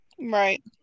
Right